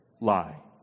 lie